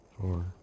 Four